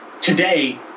today